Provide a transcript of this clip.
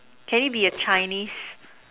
can it be a Chinese